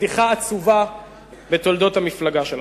וכבדיחה עצובה בתולדות המפלגה שלכם.